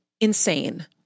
insane